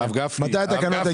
מתי התקנות יגיעו לפה?